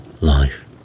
life